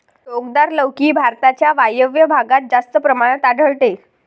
टोकदार लौकी भारताच्या वायव्य भागात जास्त प्रमाणात आढळते